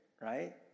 right